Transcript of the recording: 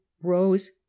rose